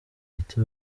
ndetse